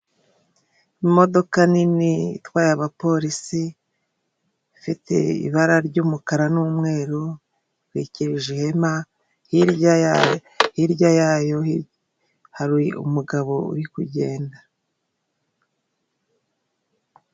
Imodoka nini itwaye abapolisi, ifite ibara ry'umukara n'umweru itwikirije ihema hirya yayo hari umugabo uri kugenda.